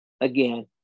again